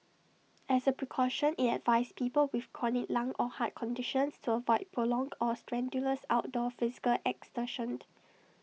as A precaution IT advised people with chronic lung or heart conditions to avoid prolonged or strenuous outdoor physical exertion